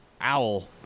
owl